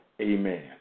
Amen